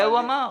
זה מה שאמרתי.